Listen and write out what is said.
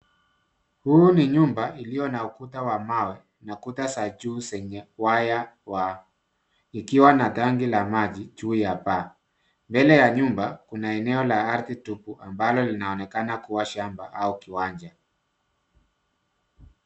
Huu ni nyumba iliyo na ukuta wa mawe na kuta za juu zenye waya wa ikiwa na rangi ya maji juu ya paa. Mbele kuna eneo la ardhi tupu ambalo linaonekana kuwa shamba au kiwanja.